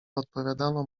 odpowiadano